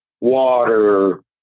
water